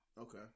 Okay